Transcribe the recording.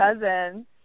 cousin